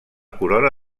corona